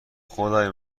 خدای